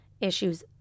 issues